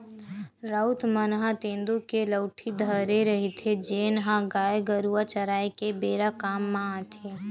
राउत मन ह तेंदू के लउठी धरे रहिथे, जेन ह गाय गरुवा चराए के बेरा काम म आथे